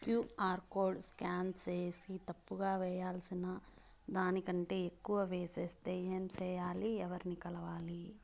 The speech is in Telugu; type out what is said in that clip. క్యు.ఆర్ కోడ్ స్కాన్ సేసి తప్పు గా వేయాల్సిన దానికంటే ఎక్కువగా వేసెస్తే ఏమి సెయ్యాలి? ఎవర్ని కలవాలి?